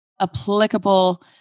applicable